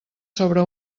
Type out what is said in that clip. sobre